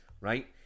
right